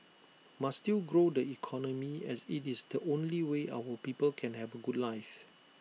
must still grow the economy as IT is the only way our people can have A good life